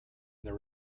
their